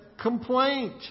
complaint